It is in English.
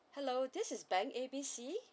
hello this is bank A B C